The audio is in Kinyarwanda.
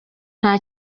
nta